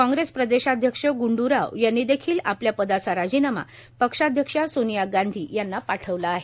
काँग्रेसचे प्रदेशाध्यक्ष गूंडूराव यांनी देखिल आपल्या पदाचा राजीनामा पक्षाध्यक्षा सोनिया गांधी यांना पाठविला आहे